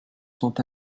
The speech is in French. sont